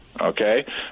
okay